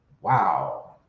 Wow